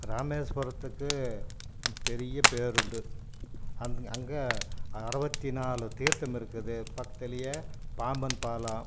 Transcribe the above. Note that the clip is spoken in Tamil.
இராமேஸ்வரத்துக்கு பெரிய பெயரு உண்டு அங் அங்கே அறுபத்தி நாலு தீர்த்தமிருக்குது பக்கத்துலேயே பாம்பன் பாலம்